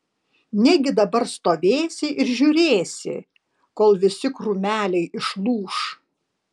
negi dabar stovėsi ir žiūrėsi kol visi krūmeliai išlūš